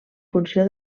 funció